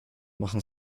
machen